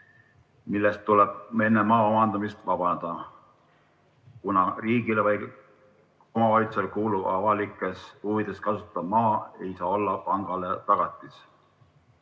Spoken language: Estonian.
millest tuleb enne maa omandamist vabaneda, kuna riigile või omavalitsusele kuuluv avalikes huvides kasutatav maa ei saa olla pangale tagatis.